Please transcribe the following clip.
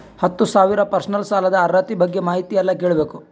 ಹತ್ತು ಸಾವಿರ ಪರ್ಸನಲ್ ಸಾಲದ ಅರ್ಹತಿ ಬಗ್ಗೆ ಮಾಹಿತಿ ಎಲ್ಲ ಕೇಳಬೇಕು?